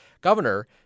governor